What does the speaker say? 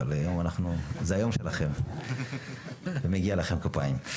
אבל היום זה היום שלכם ומגיע לכם כפיים.